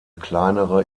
kleinere